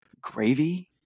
gravy